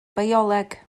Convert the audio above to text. bioleg